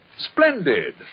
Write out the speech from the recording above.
Splendid